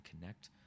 connect